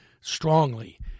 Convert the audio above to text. strongly